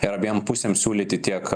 ir abiem pusėm siūlyti tiek